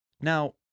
Now